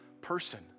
person